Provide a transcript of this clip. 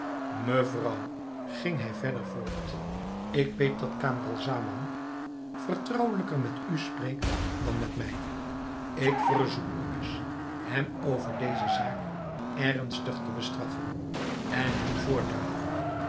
mevrouw ging hij verder voort ik weet dat camaralzaman vertrouwelijker met u spreekt dan met mij ik verzoek u dus hem over deze zaak ernstig te bestraffen en hem voor te houden